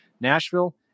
Nashville